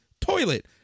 toilet